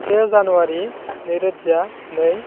से जानुवारि नैरोजा नै